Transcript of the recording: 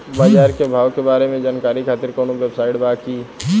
बाजार के भाव के बारे में जानकारी खातिर कवनो वेबसाइट बा की?